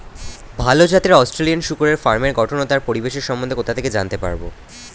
ভাল জাতের অস্ট্রেলিয়ান শূকরের ফার্মের গঠন ও তার পরিবেশের সম্বন্ধে কোথা থেকে জানতে পারবো?